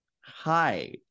Hi